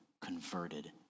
converted